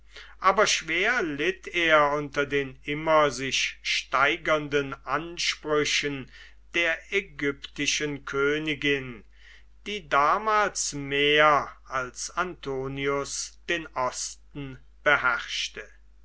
aber schwer litt er unter den immer sich steigernden ansprüchen der ägyptischen königin die damals mehr als antonius den osten beherrschte